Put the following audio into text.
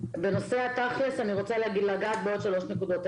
בנושא התכלס, אני רוצה לגעת בעוד שלוש נקודות.